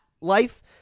life